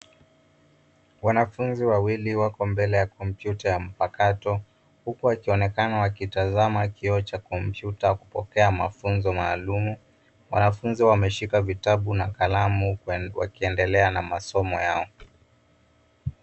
Wanafunzi wawili wako mbele ya komputa ya mpakato huku wakionekana wakitazama kioo cha komputa kupokea mafunzo maalum. Wanafunzi wameshika vitabu na kalamu wakiendelea na masomo yao.